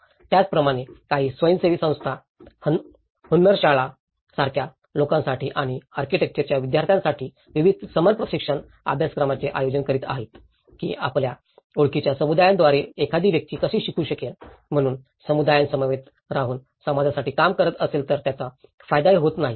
त्याचप्रमाणे काही स्वयंसेवी संस्था हन्नरशाला सारख्या लोकांसाठी आणि आर्किटेक्चरच्या विद्यार्थ्यांसाठी विविध समर प्रशिक्षण अभ्यासक्रमांचे आयोजन करीत आहेत की आपल्या ओळखीच्या समुदायांद्वारे एखादी व्यक्ती कशी शिकू शकेल म्हणून समुदायांसमवेत राहून समाजासाठी काम करत असेल तर त्याचा फायदाही होत नाही